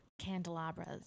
candelabras